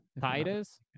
Titus